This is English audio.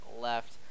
left